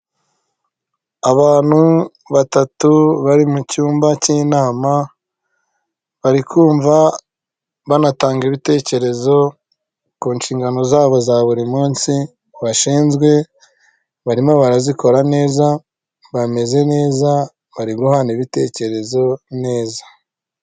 Abantu batatu bari mu cyumba cy'inama bari kumva banatanga ibitekerezo ku nshingano zabo za buri munsi bashinzwe, barimo barazikora neza bameze neza bari guhana ibitekerezo neza.